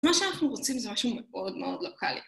מה שאנחנו רוצים זה משהו מאוד מאוד לוקאלי.